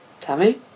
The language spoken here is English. Tammy